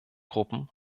gruppen